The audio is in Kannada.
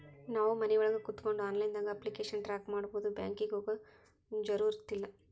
ನಾವು ಮನಿಒಳಗ ಕೋತ್ಕೊಂಡು ಆನ್ಲೈದಾಗ ಅಪ್ಲಿಕೆಶನ್ ಟ್ರಾಕ್ ಮಾಡ್ಬೊದು ಬ್ಯಾಂಕಿಗೆ ಹೋಗೊ ಜರುರತಿಲ್ಲಾ